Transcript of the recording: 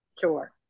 sure